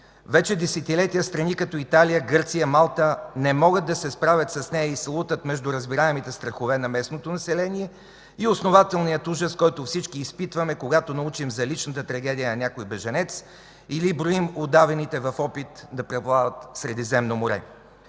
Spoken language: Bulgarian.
Вече десетилетия страни като Италия, Гърция, Малта не могат да се справят с нея и се лутат между разбираемите страхове на местното население и основателния ужас, който всички изпитваме, когато научим за личната трагедия на някой бежанец, или броим удавените в опит да преплават Средиземно море.